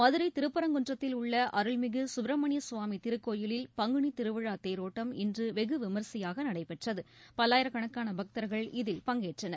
மதுரை திருப்பரங்குன்றத்தில் உள்ள அருள்மிகு சுப்பிரமணிய சுவாமி திருக்கோயிலில் பங்குனி திருவிழா தேரோட்டம் இன்று வெகு விமரிகையாக நடைபெற்றது பல்லாயிரக்கணக்கான பக்தர்கள் இதில் பங்கேற்றனர்